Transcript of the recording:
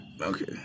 Okay